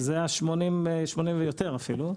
זה 80% ויותר אפילו,